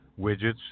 widgets